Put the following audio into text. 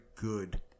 good